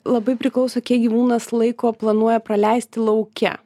labai priklauso kiek gyvūnas laiko planuoja praleisti lauke